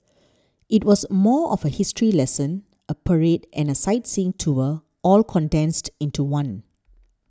it was more of a history lesson a parade and a sightseeing tour all condensed into one